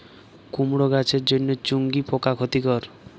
কুমড়ো গাছের জন্য চুঙ্গি পোকা ক্ষতিকর?